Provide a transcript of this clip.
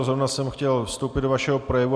Zrovna jsem chtěl vstoupit do vašeho projevu.